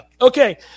Okay